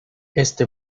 este